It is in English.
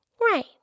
Right